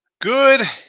Good